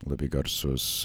labai garsus